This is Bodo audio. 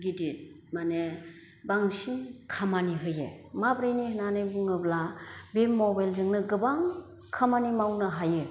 गिदिद माने बांसिन खामानि होयो माब्रैनि होन्नानै बुङोब्ला बे मबेलजोंनो गोबां खामानि मावनो हायो